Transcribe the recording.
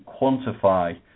quantify